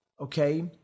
okay